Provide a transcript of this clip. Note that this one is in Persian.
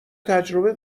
تجربه